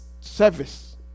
service